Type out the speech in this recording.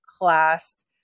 class